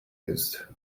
used